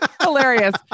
Hilarious